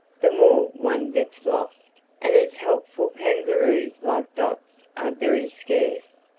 the more one gets lost, and as helpful kangaroos like dot's are very scarce,